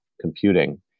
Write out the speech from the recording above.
Computing